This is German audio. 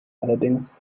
allerdings